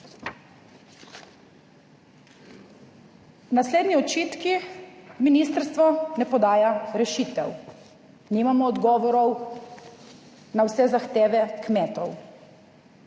Naslednji očitki, ministrstvo ne podaja rešitev, nimamo odgovorov na vse zahteve kmetov,